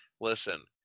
listen